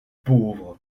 pauvre